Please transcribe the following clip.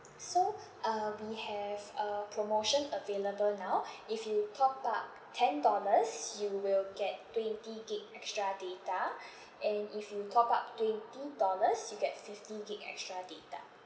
so uh we have uh promotion available now if you top up ten dollars you will get twenty gig extra data and if you top up twenty dollars you get fifty gig extra data